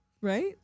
right